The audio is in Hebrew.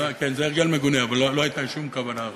זה הרגל מגונה, אבל לא הייתה לי שום כוונה רעה.